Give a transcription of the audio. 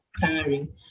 tiring